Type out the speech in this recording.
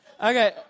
Okay